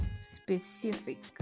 specific